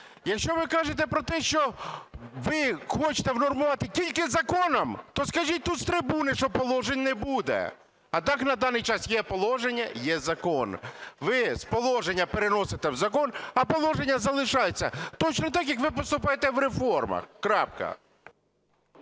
Якщо ви кажете про те, що ви хочете унормувати тільки законом, то скажіть тут з трибуни, що положень не буде. А так на даний час є положення, є закон. Ви з положення переносите в закон, а положення залишається. Точно так же, як ви поступаєте в реформах. Крапка.